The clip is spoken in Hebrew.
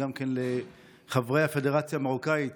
חברי הפדרציה המרוקאית